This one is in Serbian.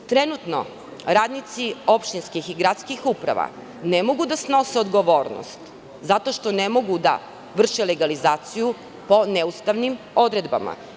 Trenutno radnici opštinskih i gradskih uprava ne mogu da snose odgovornost zato što ne mogu da vrše legalizaciju po neustavnim odredbama.